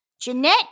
Jeanette